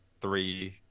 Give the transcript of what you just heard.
three